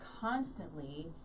constantly